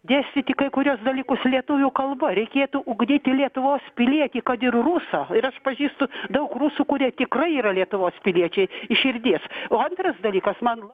dėstyti kai kuriuos dalykus lietuvių kalba reikėtų ugdyti lietuvos pilietį kad ir rusą ir aš pažįstu daug rusų kurie tikrai yra lietuvos piliečiai iš širdies o antras dalykas man